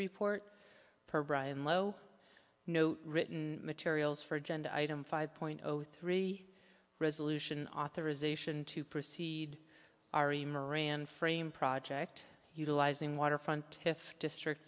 report per bryan low no written materials for agenda item five point zero three resolution authorization to proceed ari moran frame project utilizing waterfront district